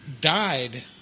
died